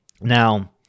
Now